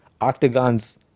Octagon's